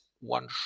one